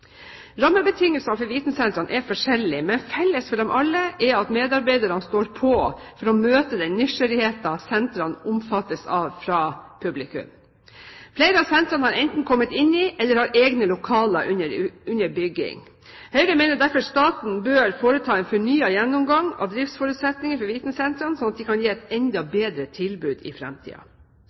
Rammebetingelsene for vitensentrene er forskjellige, men felles for alle er at medarbeiderne står på for å møte den nysgjerrigheten sentrene omfattes av fra publikum. Flere av sentrene har enten kommet inn i egne lokaler eller har lokaler under bygging. Høyre mener derfor at staten bør foreta en fornyet gjennomgang av driftsforutsetningene for vitensentrene, slik at de kan gi et enda bedre tilbud i